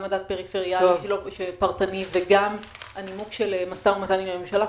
גם מדד פריפריאלי פרטני וגם הנימוק של משא ומתן עם הממשלה,